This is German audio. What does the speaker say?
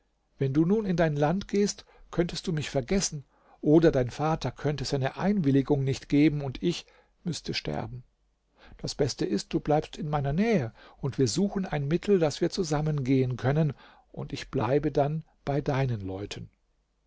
wenn du nun in dein land gehst könntest du mich vergessen oder dein vater könnte seine einwilligung nicht geben und ich müßte sterben das beste ist du bleibst in meiner nähe und wir suchen ein mittel daß wir zusammengehen können und ich bleibe dann bei deinen leuten